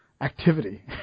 activity